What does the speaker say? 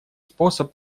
способ